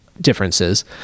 differences